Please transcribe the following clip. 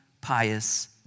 pious